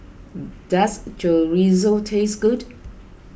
does Chorizo taste good